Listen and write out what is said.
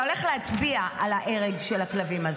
אתה הולך להצביע על ההרג הזה של הכלבים.